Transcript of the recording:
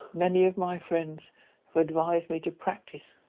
many of my friends have advised me to practice.